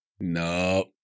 No